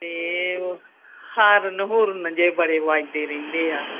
ਅਤੇ ਉਹ ਹਾਰਨ ਹੂਰਨ ਜਿਹੇ ਬੜੇ ਵੱਜਦੇ ਰਹਿੰਦੇ ਆ